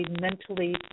mentally